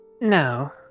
No